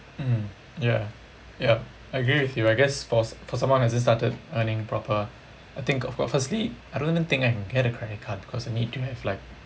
mm ya yup I agree with you I guess for for someone hasn't started earning proper I think of course firstly I don't even think I can get a credit card because I need to have like